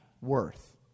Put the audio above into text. worth